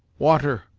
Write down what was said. water,